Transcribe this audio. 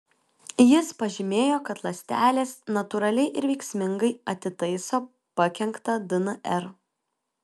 jis pažymėjo kad ląstelės natūraliai ir veiksmingai atitaiso pakenktą dnr